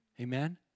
amen